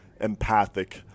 empathic